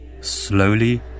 Slowly